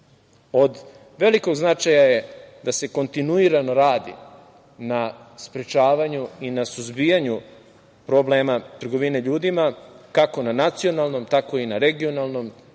velikog značaja je da se kontinuirano radi na sprečavanju i na suzbijanju problema trgovine ljudima, kako na nacionalnom, tako i na regionalnom,